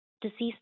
deceased